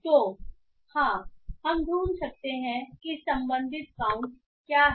तो हाँ हम ढूंढ सकते हैं कि संबंधित काउंट क्या है